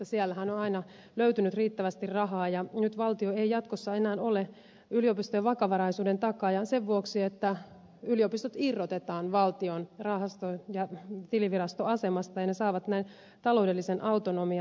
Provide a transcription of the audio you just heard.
siellähän on aina löytynyt riittävästi rahaa ja nyt valtio ei jatkossa enää ole yliopistojen vakavaraisuuden takaaja sen vuoksi että yliopistot irrotetaan valtion tilivirastoasemasta ja ne saavat näin taloudellisen autonomian